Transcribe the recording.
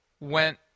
went –